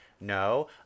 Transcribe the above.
No